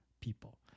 people